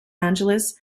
angeles